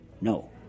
no